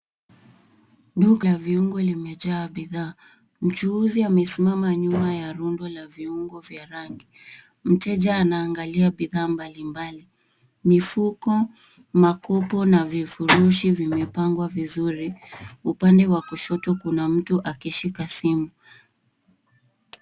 Duka la viungo limejaa bidhaa. Mchuuzi amesimama nyuma ya rundo la viungo vya rangi. Mteja anaangalia bidhaa mbalimbali. Mifuko, makopo na vifurushi vimepangwa vizuri. Upande wa kushoto kuna mtu akishika simu.